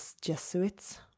Jesuits